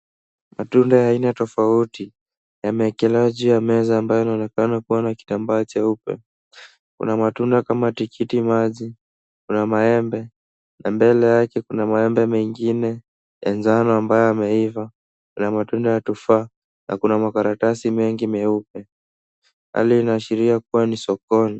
Matunda ya aina tofauti, yameekelewa juu ya meza ambayo inaonekana kuwa na kitambaa cheupe. Kuna matunda kama tikiti maji, kuna maembe, na mbele yake kuna maembe mengine ya jano ambayo yameiva, na matunda ya tufaa. Na kuna makaratasi mengi meupe. Hali hii inaashilia kuwa ni sokoni.